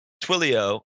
Twilio